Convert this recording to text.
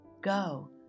go